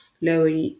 lower